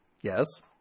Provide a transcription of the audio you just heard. Yes